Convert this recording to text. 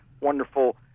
wonderful